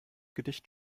gedicht